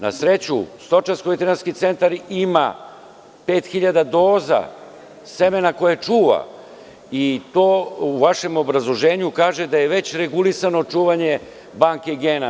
Na sreću Stočarsko-veterinarski centar ima 5.000 doza semena koje čuva i to u vašem obrazloženju kaže da je već regulisano čuvanje banke gena.